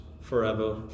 forever